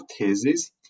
thesis